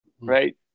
Right